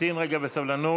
נמתין רגע בסבלנות.